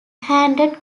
handed